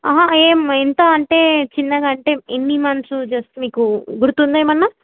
ఏం ఎంత అంటే చిన్నగా అంటే ఎన్ని మంత్స్ జస్ట్ మీకు గుర్తుందా ఏమైనా